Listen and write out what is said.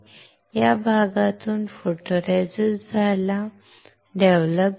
या भागातून फोटोरेसिस्ट झाला तो डेव्हलप झाला